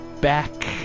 back